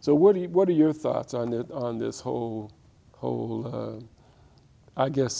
so what do you what are your thoughts on that on this whole whole i guess